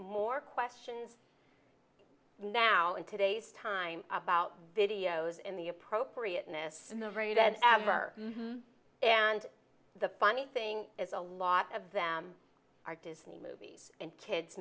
more questions now in today's time about videos in the appropriateness of the raid ever and the funny thing is a lot of them are disney movies and kids